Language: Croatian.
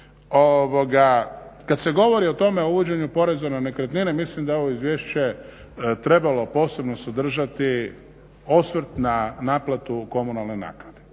kada se govori o tome o uvođenju poreza na nekretnine mislim da je ovo izvješće trebalo posebno sadržati osvrt na naplatu komunalne naknade